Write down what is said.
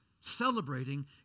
celebrating